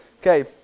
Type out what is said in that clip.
Okay